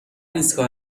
ایستگاه